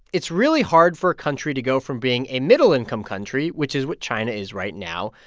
it's really hard for a country to go from being a middle-income country, which is what china is right now,